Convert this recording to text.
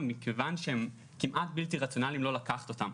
מכיוון שכמעט בלתי רציונלי לא לקחת אותן.